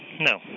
no